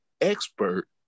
expert